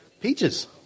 peaches